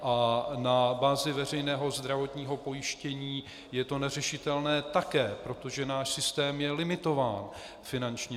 A na bázi veřejného zdravotního pojištění je to neřešitelné také, protože náš systém je limitován finančně.